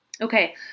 Okay